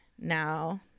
now